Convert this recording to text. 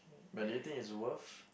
but do you think is the worth